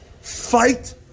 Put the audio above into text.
Fight